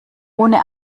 ohne